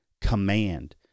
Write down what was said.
Command